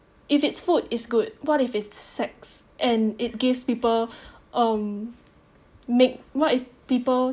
if it's food is good what if it's sex and it gives people um make what if people